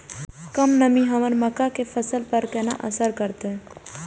कम नमी हमर मक्का के फसल पर केना असर करतय?